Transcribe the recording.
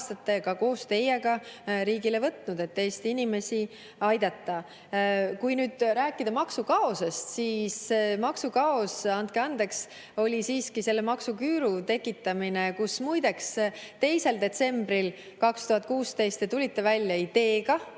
ka koos teiega riigile võtnud, et Eesti inimesi aidata. Kui nüüd rääkida maksukaosest, siis maksukaos, andke andeks, oli siiski selle maksuküüru tekitamine. Muideks, 2. detsembril 2016 te tulite välja ideega